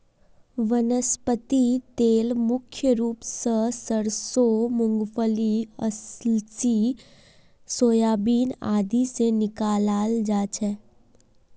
वनस्पति तेल मुख्य रूप स सरसों मूंगफली अलसी सोयाबीन आदि से निकालाल जा छे